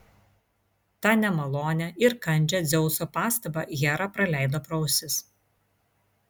tą nemalonią ir kandžią dzeuso pastabą hera praleido pro ausis